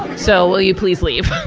so, will you please leave?